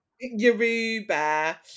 Yoruba